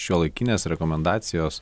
šiuolaikinės rekomendacijos